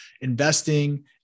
investing